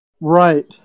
Right